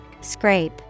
Scrape